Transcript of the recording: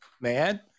man